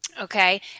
Okay